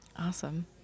Awesome